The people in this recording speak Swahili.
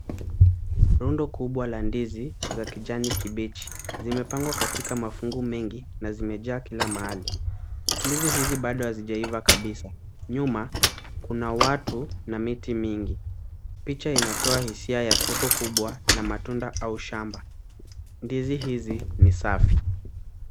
Rundo kubwa la ndizi za kijani kibichi zimepangwa katika mafungu mengi na zimejaa kila mahali. Ndizi hizi bado hazijaiva kabisa. Nyuma kuna watu na miti mingi. Picha inatoa hisia ya soko kubwa la matunda au shamba. Ndizi hizi ni safi.